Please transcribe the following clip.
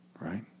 Right